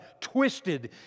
twisted